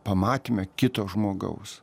pamatyme kito žmogaus